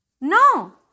No